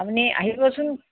আপুনি আহিবচোন